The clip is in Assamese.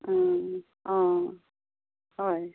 অঁ হয়